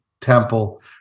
Temple